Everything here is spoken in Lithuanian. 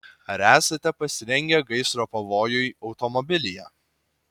ar esate pasirengę gaisro pavojui automobilyje